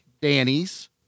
Danny's